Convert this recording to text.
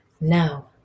Now